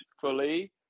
fully